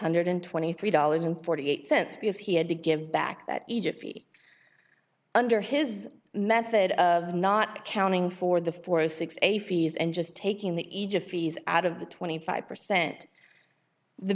hundred twenty three dollars and forty eight cents because he had to give back that egypt under his method of not counting for the four six a fees and just taking the ija fees out of the twenty five percent the